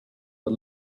but